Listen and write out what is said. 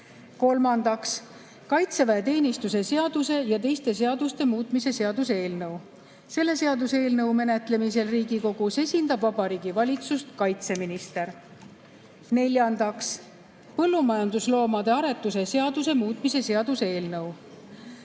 Kolmandaks, kaitseväeteenistuse seaduse ja teiste seaduste muutmise seaduse eelnõu. Selle seaduseelnõu menetlemisel Riigikogus esindab Vabariigi Valitsust kaitseminister. Neljandaks, põllumajandusloomade aretuse seaduse muutmise seaduse eelnõu.